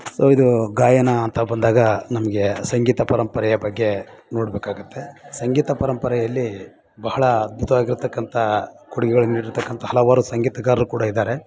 so ಇದು ಗಾಯನ ಅಂತ ಬಂದಾಗ ನಮಗೆ ಸಂಗೀತ ಪರಂಪರೆಯ ಬಗ್ಗೆ ನೋಡಬೇಕಾಗುತ್ತೆ ಸಂಗೀತ ಪರಂಪರೆಯಲ್ಲಿ ಬಹಳ ಅದ್ಭುತವಾಗಿರತಕ್ಕಂಥ ಕೊಡುಗೆಗಳನ್ನ ನೀಡಿರತಕ್ಕಂಥ ಹಲವಾರು ಸಂಗೀತಗಾರರೂ ಕೂಡ ಇದ್ದಾರೆ